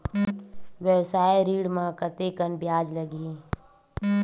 व्यवसाय ऋण म कतेकन ब्याज लगही?